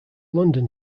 london